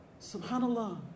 SubhanAllah